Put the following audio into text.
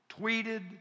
tweeted